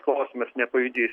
klausimas nepajudės